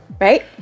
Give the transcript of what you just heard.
right